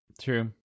True